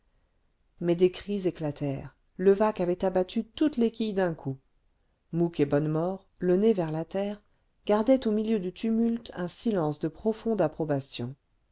mais des cris éclatèrent levaque avait abattu toutes les quilles d'un coup mouque et bonnemort le nez vers la terre gardaient au milieu du tumulte un silence de profonde approbation